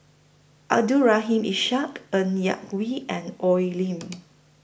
Abdul Rahim Ishak Ng Yak Whee and Oi Lin